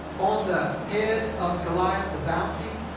on the head of goliath? the bounty?